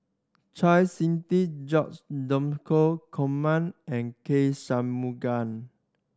Chau Sik Ting George Dromgold Coleman and K Shanmugam